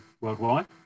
worldwide